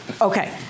Okay